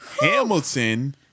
Hamilton